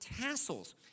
Tassels